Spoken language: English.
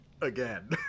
again